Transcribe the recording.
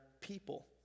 people